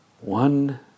one